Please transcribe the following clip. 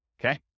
okay